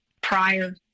prior